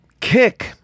kick